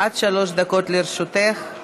עד שלוש דקות לרשותך.